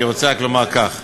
אני רוצה רק לומר כך: